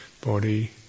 body